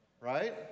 right